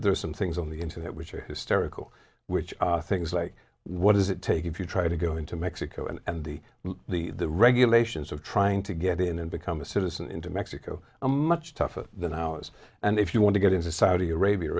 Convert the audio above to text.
are some things on the internet which are hysterical which are things like what does it take if you try to go into mexico and the the the regulations of trying to get in and become a citizen into mexico a much tougher than ours and if you want to get into saudi arabia